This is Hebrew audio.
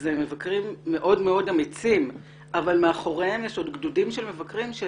אלה מבקרים מאוד מאוד אמיצים אבל מאחוריהם יש עוד גדודים של מבקרים.